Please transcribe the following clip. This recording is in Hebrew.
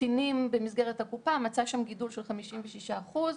קטינים במסגרת הקופה ומצא שם גידול של 56 אחוז,